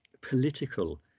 political